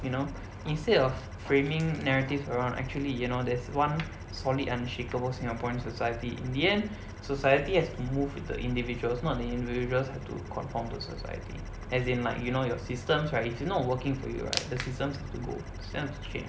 you know instead of framing narratives around actually you know there's one solid unshakable singaporean society in the end society has to move with the individuals not the individuals have to conform to society as in like you know your systems right if it's not working for you right the systems have to go the systems have to change